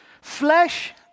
flesh